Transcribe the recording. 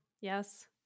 yes